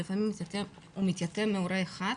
לפעמים הוא מתייתם מהורה אחד,